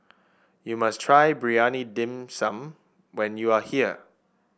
you must try Briyani Dum some when you are here